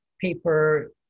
paper